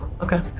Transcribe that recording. Okay